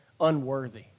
unworthy